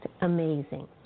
amazing